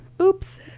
oops